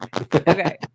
okay